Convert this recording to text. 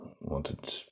wanted